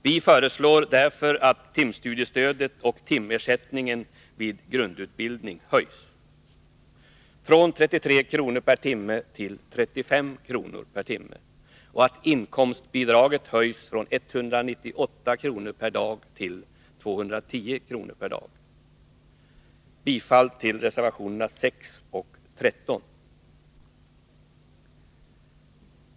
Vi föreslår därför att timstudiestödet och timersättningen vid grundutbildning höjs från 33 kr. per timme till 35 kr. per timme och att inkomstbidraget höjs från 198 kr. per dag till 210 kr. per dag. Jag yrkar bifall till reservationerna 6 och 13.